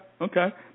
Okay